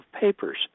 papers